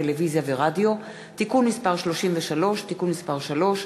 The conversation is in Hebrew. הצעת חוק הרשות השנייה לטלוויזיה ורדיו (תיקון מס' 33) (תיקון מס' 3),